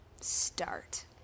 Start